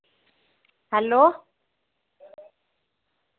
hello